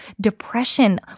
depression